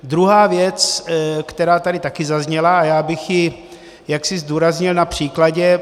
Druhá věc, která tady také zazněla, a já bych ji jaksi zdůraznil na příkladě.